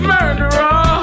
Murderer